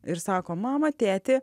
ir sako mama tėti